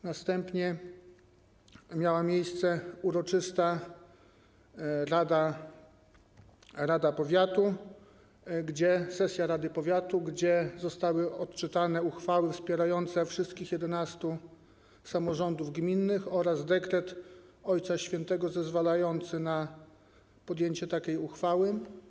Następnie miała miejsce uroczysta sesja rady powiatu, gdzie zostały odczytane uchwały wspierające wszystkie 11 samorządów gminnych oraz dekret ojca św. zezwalający na podjęcie takiej uchwały.